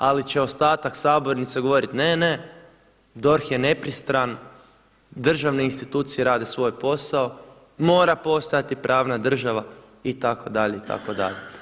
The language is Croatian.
Ali će ostatak sabornice govoriti: Ne, ne, DORH je nepristran, državne institucije rade svoj posao, mora postojati pravna država itd. itd.